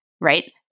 Right